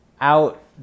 out